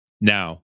now